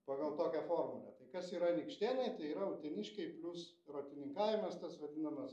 pagal tokią formulę tai kas yra anykštėnai tai yra uteniškiai plius rotininkavimas tas vadinamas